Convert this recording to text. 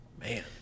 Man